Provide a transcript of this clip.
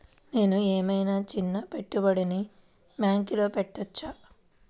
నేను ఏమయినా చిన్న పెట్టుబడిని బ్యాంక్లో పెట్టచ్చా?